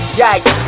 yikes